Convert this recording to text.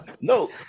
No